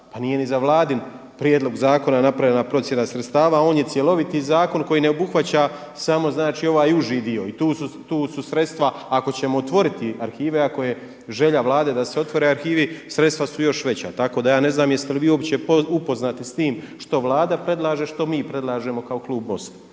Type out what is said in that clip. Pa nije ni za Vladin prijedlog zakona napravljena procjena sredstava, on je cjeloviti zakon koji ne obuhvaća samo znači ovaj uži dio. I tu su sredstva ako ćemo otvoriti arhive, ako je želja Vlade da se otvore arhivi sredstva su još veća. Tako da ja ne znam jeste li vi uopće upoznati s tim što Vlada predlaže, što mi predlažemo kao klub MOST-a.